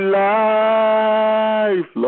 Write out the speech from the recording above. life